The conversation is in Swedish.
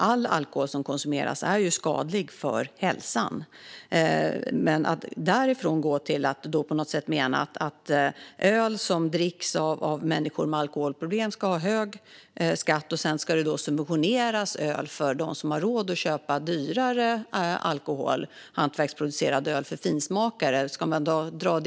All alkohol som konsumeras är ju skadlig för hälsan. Men att därifrån gå till att på något sätt mena att öl som dricks av människor med alkoholproblem ska ha hög skatt medan öl för dem som har råd att köpa dyrare alkohol, hantverksproducerad öl för finsmakare, ska subventioneras .